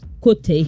Kote